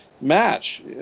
match